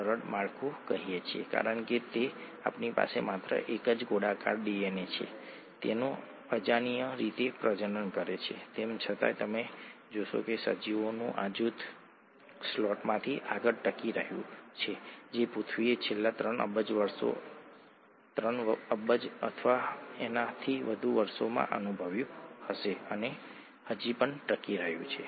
તો આ 4 મૂળભૂત જૈવ અણુઓ છે તમામ જીવન આ જૈવ અણુઓમાંથી બને છે અને આ બાયોમોલેક્યુલ્સમાં આમાંના ઘણા બાયોમોલેક્યુલ્સમાં સ્ટ્રક્ચર ફંક્શન સંબંધ મહત્વપૂર્ણ છે અને તે જ જીવન નક્કી કરે છે